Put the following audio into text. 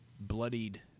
bloodied